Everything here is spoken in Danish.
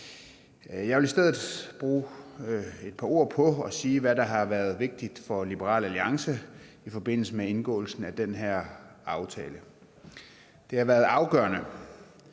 Jeg vil i stedet bruge et par ord på at sige, hvad der har været vigtigt for Liberal Alliance i forbindelse med indgåelsen af den her aftale. Garantifonden